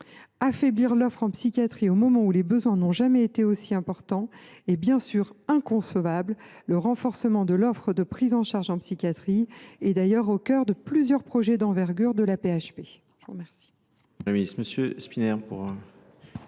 Affaiblir l’offre en psychiatrie au moment où les besoins n’ont jamais été aussi importants serait bien sûr inconcevable. Le renforcement de l’offre de prise en charge en psychiatrie est au cœur de nombreux projets d’envergure de l’AP HP.